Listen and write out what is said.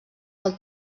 del